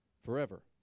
forever